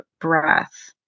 breath